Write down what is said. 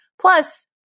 Plus